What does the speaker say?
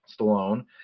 Stallone